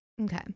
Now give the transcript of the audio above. Okay